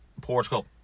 Portugal